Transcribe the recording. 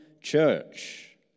church